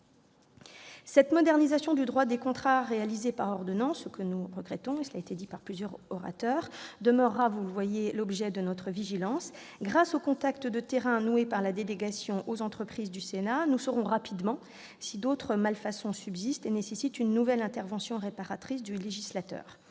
Cette modernisation du droit des contrats, réalisée par ordonnance, ce que nous regrettons également, à l'instar de nombre de nos collègues, continuera à faire l'objet de notre vigilance. Grâce aux contacts de terrain noués par la délégation aux entreprises du Sénat, nous saurons rapidement si d'autres malfaçons subsistent et nécessitent une nouvelle intervention réparatrice du législateur.